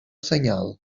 senyal